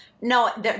No